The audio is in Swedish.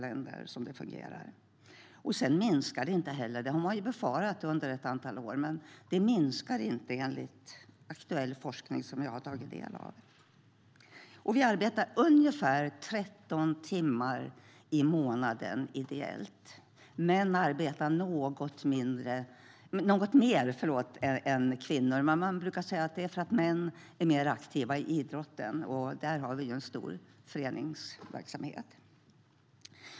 Föreningslivet minskar inte heller, enligt aktuell forskning som jag har tagit del av, vilket man har befarat under ett antal år. Vi arbetar ungefär 13 timmar i månaden ideellt. Män arbetar något mer än kvinnor, men det är för att män är mer aktiva i idrotten där man har en stor föreningsverksamhet.